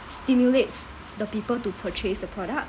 stimulates the people to purchase the product